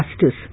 justice